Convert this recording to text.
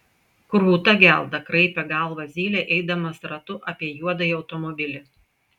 kruta gelda kraipė galvą zylė eidamas ratu apie juodąjį automobilį